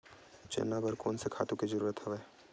चना बर कोन से खातु के जरूरत हवय?